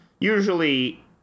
usually